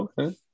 Okay